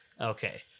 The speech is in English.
Okay